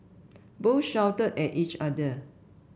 both shouted at each other